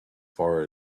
far